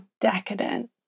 decadent